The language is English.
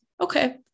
okay